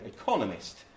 economist